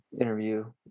interview